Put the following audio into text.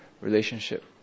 relationship